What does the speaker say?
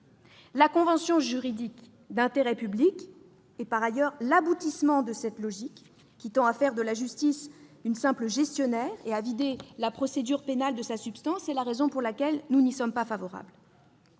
La convention juridique d'intérêt public est par ailleurs l'aboutissement de cette logique qui tend à faire de la justice une simple gestionnaire et à vider la procédure pénale de sa substance. C'est la raison pour laquelle nous n'y sommes pas favorables.